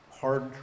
hard